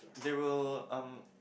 they will um